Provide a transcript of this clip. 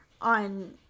on